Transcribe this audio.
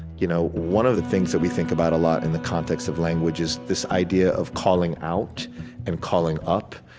you know one of the things that we think about a lot in the context of language is this idea of calling out and calling up.